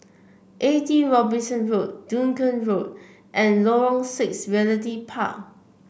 Eighty Robinson Road Dunearn Road and Lorong Six Realty Park